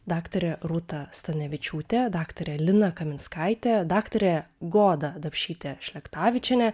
daktarė rūta stanevičiūtė daktarė lina kaminskaitė daktarė goda dapšytė šlektavičienė